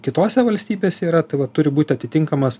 kitose valstybėse yra tai vat turi būti atitinkamas